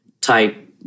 type